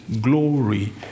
glory